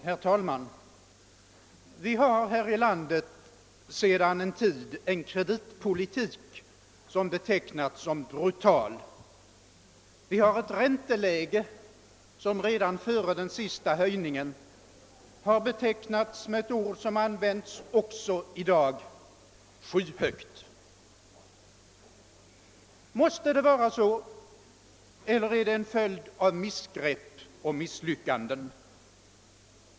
Herr talman! Vi har här i landet sedan en tid en kreditpolitik som betecknats som brutal. Vi har ett ränteläge som redan före den sista höjningen har betecknats med ett ord som använts också i dag: skyhögt. Måste det vara så? Eller är det en följd av missgrepp och misslyckanden?